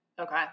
Okay